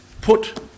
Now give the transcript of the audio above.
put